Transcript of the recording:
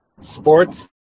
Sports